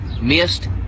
missed